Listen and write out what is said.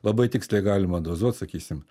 labai tiksliai galima dozuot sakysim